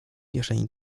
kieszeni